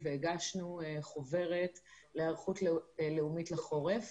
והגשנו חוברת להיערכות לאומית לחורף.